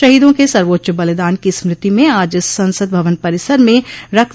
शहीदों के सर्वोच्च बलिदान की स्मृति में आज संसद भवन परिसर में रक्त